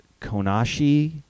Konashi